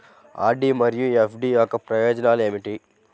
RD మరియు FD యొక్క ప్రయోజనాలు ఏమిటి?